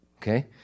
Okay